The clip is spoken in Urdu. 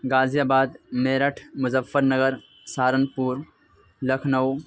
غازی آباد میرٹھ مظفر نگر سہارنپور لکھنؤ